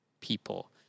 people